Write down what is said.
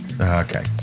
Okay